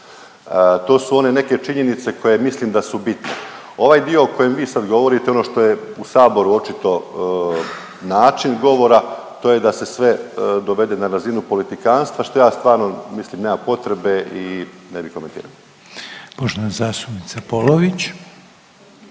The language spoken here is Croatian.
To su one neke činjenice koje mislim da su bitne. Ovaj dio o kojem vi sad govorite ono što je u Saboru očito način govora, to je da se sve dovede na razinu politikantstva što ja stvarno mislim nema potrebe i ne bih komentirao. **Reiner, Željko